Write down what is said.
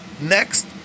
Next